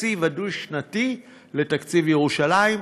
בתקציב הדו-שנתי, לתקציב ירושלים.